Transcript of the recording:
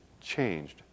changed